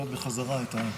בחזרה.